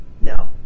No